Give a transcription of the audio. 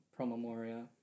Promemoria